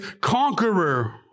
conqueror